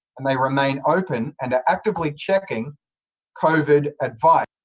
and they remain open and are actively checking covid advice